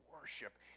worship